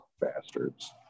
Bastards